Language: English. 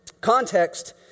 Context